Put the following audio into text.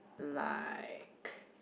liked